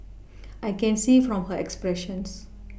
I can see from her expressions